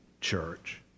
church